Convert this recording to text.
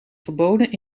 verboden